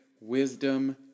wisdom